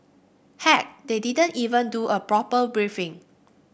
heck they didn't even do a proper briefing